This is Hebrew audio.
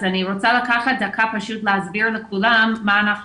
אז אני רוצה לקחת דקה להסביר לכולם מה אנחנו